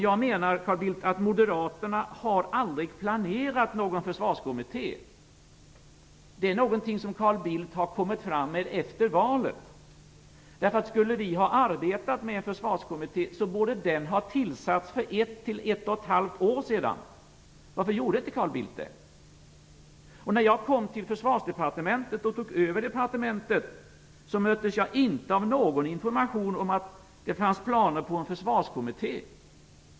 Jag menar, Carl Bildt, att moderaterna aldrig har planerat någon försvarskommitté. Det är någonting som Carl Bildt har kommit fram med efter valet. Skulle vi ha arbetat med en försvarskommitté borde den ha tillsatts för ett eller ett och ett halvt år sedan. Varför gjorde inte Carl Bildt det? När jag tog över Försvarsdepartementet möttes jag inte av någon information om att det fanns planer på en försvarskommitté.